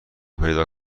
پیدا